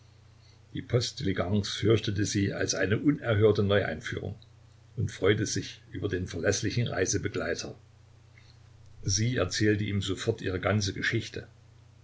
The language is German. die postdiligencen fürchtete sie als eine unerhörte neueinführung und freute sich über den verläßlichen reisebegleiter sie erzählte ihm sofort ihre ganze geschichte